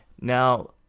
Now